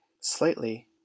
Slightly